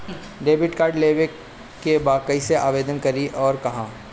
Debit card लेवे के बा कइसे आवेदन करी अउर कहाँ?